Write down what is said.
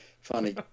funny